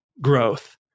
growth